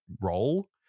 role